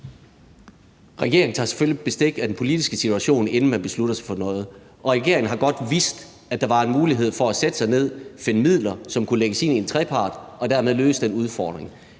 Regeringen tager selvfølgelig bestik af den politiske situation, inden man beslutter sig for noget, og regeringen har godt vidst, at der var en mulighed for at sætte sig ned, finde midler, som kunne lægges ind i en trepartsdrøftelse, og dermed løse den udfordring.